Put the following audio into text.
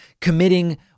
committing